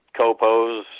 copos